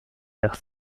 terre